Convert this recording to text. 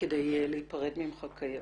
כדי להיפרד ממך כיאות.